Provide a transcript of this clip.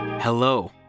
Hello